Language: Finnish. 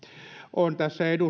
on tässä